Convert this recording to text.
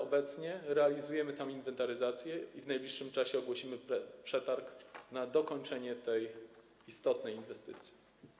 Obecnie realizujemy tam inwentaryzację i w najbliższym czasie ogłosimy przetarg na dokończenie tej istotnej inwestycji.